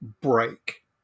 break